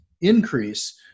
increase